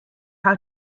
how